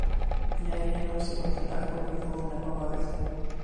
jei ėmiausi tokio darbo privalau nepavargti